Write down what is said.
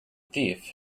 thief